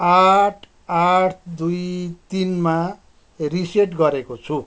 आठ आठ दुई तिनमा रिसेट गरेको छु